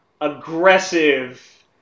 aggressive